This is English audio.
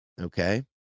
okay